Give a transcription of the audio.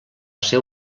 ser